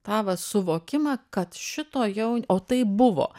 tą va suvokimą kad šito jau o tai buvo